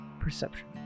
perception